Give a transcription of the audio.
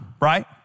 right